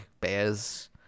bears